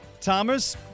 Thomas